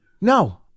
No